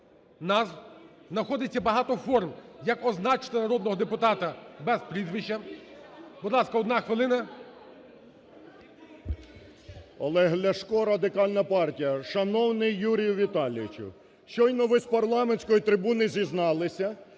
Находиться багато форм як означити народного депутата без прізвища. Будь ласка, одна хвилина. 17:52:24 ЛЯШКО О.В. Олег Ляшко, Радикальна партія. Шановний Юрію Віталійовичу! Щойно ви з парламентської трибуни зізналися,